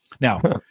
Now